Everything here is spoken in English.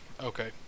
Okay